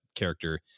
character